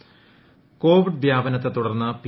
C Covid വ്യാപനത്തെ തുട്ടർന്ന് P